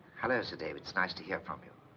hello, sir david. it's nice to hear from you.